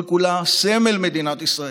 כל-כולה סמל מדינת ישראל,